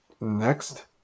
Next